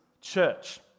church